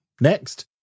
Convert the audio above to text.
next